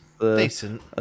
Decent